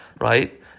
Right